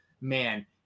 man